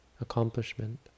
accomplishment